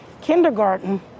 kindergarten